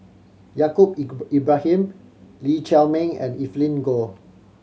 Yaacob Ibrahim Lee Chiaw Meng and Evelyn Goh